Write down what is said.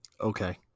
Okay